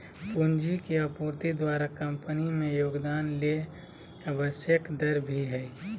पूंजी के आपूर्ति द्वारा कंपनी में योगदान ले आवश्यक दर भी हइ